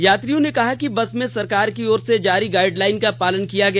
यात्रियों ने कहा कि बस में सरकार की ओर से जारी गाइडलाइन का पालन किया गया